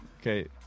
okay